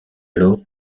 alors